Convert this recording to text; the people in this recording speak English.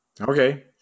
Okay